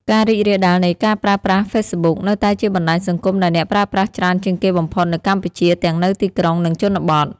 ការរីករាលដាលនៃការប្រើប្រាស់ Facebook នៅតែជាបណ្ដាញសង្គមដែលមានអ្នកប្រើប្រាស់ច្រើនជាងគេបំផុតនៅកម្ពុជា ទាំងនៅទីក្រុង និងជនបទ។